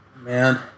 Man